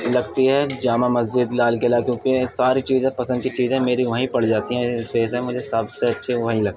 لگتی ہے جامع مسجد لال قلعہ کیونکہ ساری چیزیں پسند کی چیزیں میری وہیں پڑ جاتی ہیں اس وجہ سے مجھے سب سے اچھی وہیں لگتی ہے